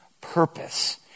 purpose